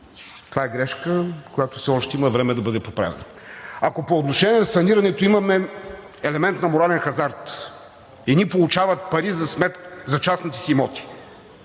Това е грешка, която все още има време да бъде поправена. Ако по отношение на санирането имаме елемент на морален хазарт – едни получават пари за частните си имоти,